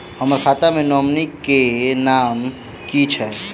हम्मर खाता मे नॉमनी केँ नाम की छैय